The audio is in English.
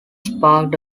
sparked